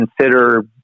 consider